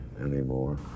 anymore